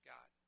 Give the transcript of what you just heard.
God